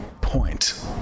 point